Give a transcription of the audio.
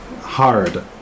Hard